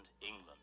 England